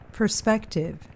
Perspective